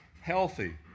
healthy